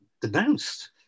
denounced